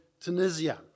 Tunisia